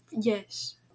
Yes